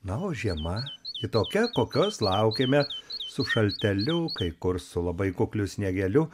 na o žiema ji tokia kokios laukėme su šalteliu kai kur su labai kukliu sniegeliu